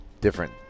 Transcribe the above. different